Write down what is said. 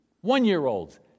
one-year-olds